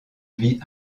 vie